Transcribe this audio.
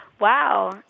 wow